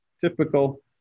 Typical